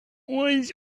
was